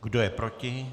Kdo je proti?